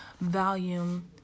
volume